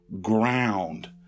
ground